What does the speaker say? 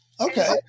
Okay